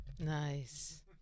Nice